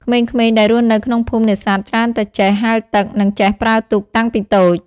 ក្មេងៗដែលរស់នៅក្នុងភូមិនេសាទច្រើនតែចេះ ហែលទឹក និងចេះប្រើទូកតាំងពីតូច។